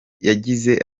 yagize